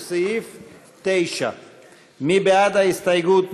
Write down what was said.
לסעיף 9. מי בעד ההסתייגות?